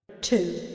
Two